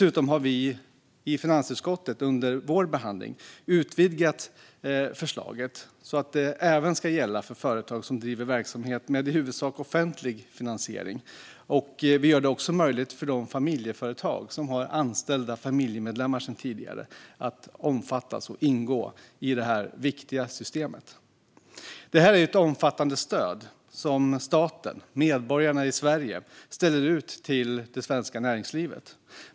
Under finansutskottets behandling har vi dessutom utvidgat förslaget så att det även ska gälla för företag som driver verksamhet med i huvudsak offentlig finansiering. Vi gör det också möjligt för de familjeföretag som sedan tidigare har anställda familjemedlemmar att omfattas och ingå i detta viktiga system. Detta är ett omfattande stöd som staten, det vill säga medborgarna i Sverige, ställer ut till det svenska näringslivet.